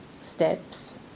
steps